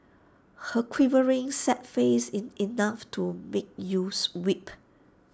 her quivering sad face is enough to make you weep